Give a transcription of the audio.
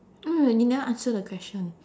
eh you never answer the question